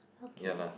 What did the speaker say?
okay